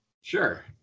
Sure